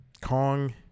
Kong